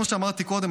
כמו שאמרתי קודם,